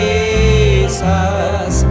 Jesus